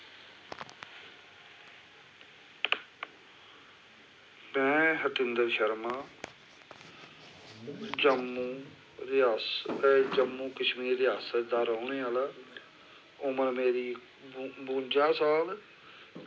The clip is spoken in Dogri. में हतिंदर शर्मा जम्मू रियासत ते जम्मू कश्मीर रियासत दा रौह्ने आह्ला उमर मेरी बुं बुंजा साल